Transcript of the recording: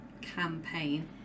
campaign